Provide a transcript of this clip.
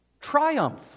triumph